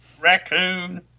raccoon